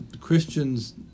Christians